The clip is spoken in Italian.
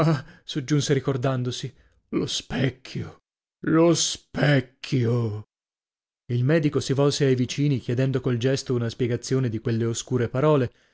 soggiunse ricordandosi lo specchio lo specchio il medico si volse ai vicini chiedendo col gesto una spiegazione di quelle oscure parole